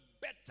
better